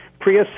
Prius